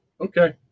Okay